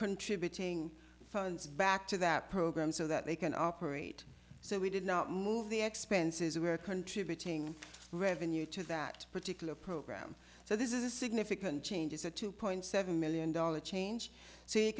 contributing funds back to that program so that they can operate so we did not move the expenses we are contributing revenue to that particular program so this is a significant change is a two point seven million dollars change so you